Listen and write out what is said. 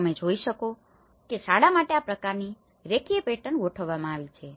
તમે જોઈ શકો છો કે શાળા માટે આ પ્રકારની રેખીય પેટર્ન ગોઠવવામાં આવી છે